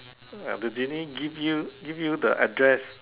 uh the genie give you give you the address